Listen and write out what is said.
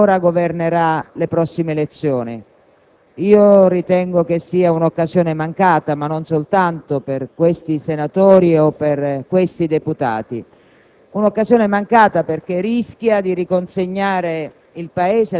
determinate dal meccanismo elettorale della legge che ancora governerà le prossime elezioni. Ritengo che ciò rappresenti un'occasione mancata, non soltanto per questi senatori o deputati,